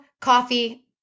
coffee